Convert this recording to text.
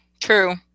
True